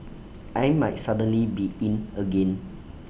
I might suddenly be 'in' again